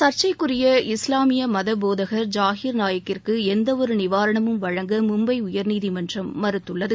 சர்ச்சைக்குரிய இஸ்லாமிய மத போதகர் ஜாஹிர் நாயக்கிற்கு எந்தவொரு நிவாரணமும் வழங்க மும்பை உயர்நீதிமன்றம் மறுத்துள்ளது